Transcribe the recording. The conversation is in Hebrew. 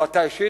לא אתה אישית,